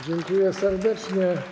Dziękuję serdecznie.